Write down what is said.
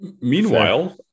Meanwhile